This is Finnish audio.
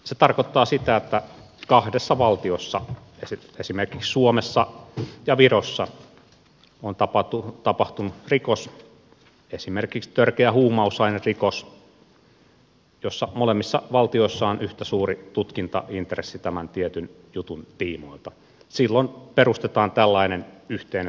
se tarkoittaa sitä että kun kahdessa valtiossa esimerkiksi suomessa ja virossa on tapahtunut rikos esimerkiksi törkeä huumausainerikos ja molemmissa valtioissa on yhtä suuri tutkintaintressi tämän tietyn jutun tiimoilta silloin perustetaan yhteinen tutkintaryhmä